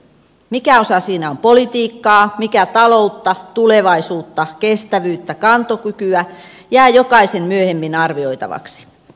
mikä osa siinä on politiikkaa mikä taloutta tulevaisuutta kestävyyttä kantokykyä se jää jokaisen myöhemmin arvioitavaksi